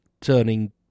turning